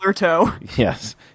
yes